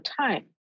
time